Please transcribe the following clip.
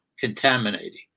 contaminating